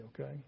okay